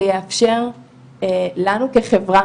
זה יאפשר לנו כחברה,